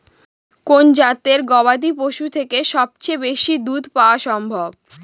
কোন জাতের গবাদী পশু থেকে সবচেয়ে বেশি দুধ পাওয়া সম্ভব?